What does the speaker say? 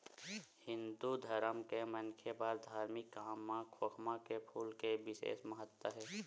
हिंदू धरम के मनखे बर धारमिक काम म खोखमा के फूल के बिसेस महत्ता हे